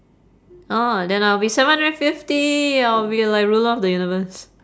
oh then I will seven hundred fifty I will be like ruler of the universe